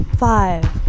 Five